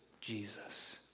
Jesus